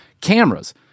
Cameras